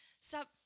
Stop